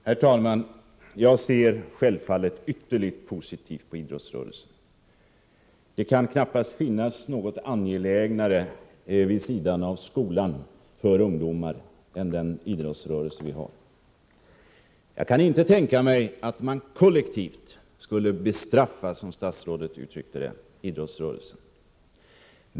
Herr talman! Jag ser självfallet ytterligt positivt på idrottsrörelsen. Det kan knappast finnas något angelägnare vid sidan av skolan för ungdomar än den idrottsrörelse vi har. Jag kan inte tänka mig att man kollektivt skulle bestraffa idrottsrörelsen, som statsrådet uttrycker det.